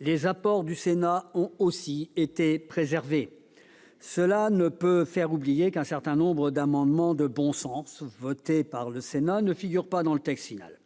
les apports du Sénat ont aussi été préservés. Cela ne peut faire oublier qu'un certain nombre d'amendements de bon sens votés par le Sénat ne figurent pas dans le texte final.